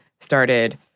started